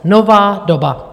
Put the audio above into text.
Nová doba.